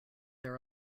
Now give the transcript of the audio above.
there